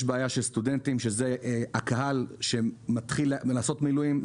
יש בעיה של סטודנטים שזה הקהל שמתחיל לעשות מילואים.